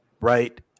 Right